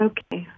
Okay